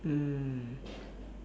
mm